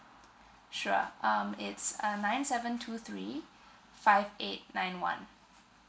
sure um it's uh nine seven two three five eight nine one